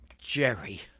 Jerry